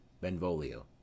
Benvolio